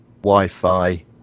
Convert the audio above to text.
wi-fi